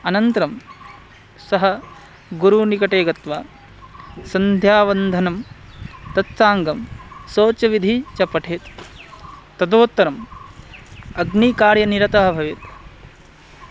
अनन्तरं सः गुरुनिकटे गत्वा सन्ध्यावन्दनं तत्साङ्गं शोचविधिं च पठेत् तदुत्तरम् अग्निकार्यनिरतः भवेत्